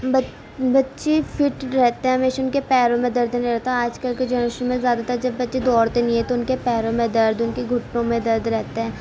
بچ بچے فٹ رہتے ہیں ہمیشہ ان کے پیروں میں درد نہیں رہتا آج کل کے جنریشن میں زیادہ تر جب بچے دوڑتے نہیں ہیں تو ان کے پیروں میں درد ان کے گھٹنوں میں درد رہتا ہے